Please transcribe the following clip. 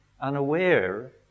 unaware